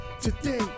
today